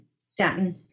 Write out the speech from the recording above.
statin